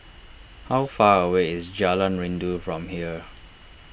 how far away is Jalan Rindu from here